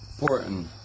important